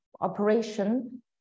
operation